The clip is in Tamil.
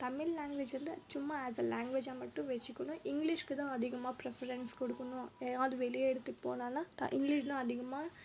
தமிழ் லாங்குவேஜ் வந்து சும்மா அஸ் அ லாங்குவேஜ்ஜாக மட்டும் வச்சுக்கணும் இங்கிலீஷுக்கு தான் அதிகமாக ப்ரீஃபரென்ஸ் கொடுக்கணும் எதாவது வெளியே இடத்துக்கு போனோம்னால் இங்கிலிஷ் தான் அதிகமாக